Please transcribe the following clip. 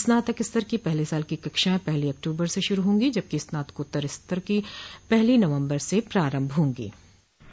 स्नातक स्तर की पहले साल की कक्षाएं पहली अक्तूबर से शुरू होंगी जबकि स्नातकोत्तर सत्र की पहली नवंबर से प्रारंभ हों गी